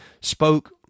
spoke